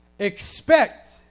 Expect